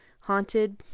haunted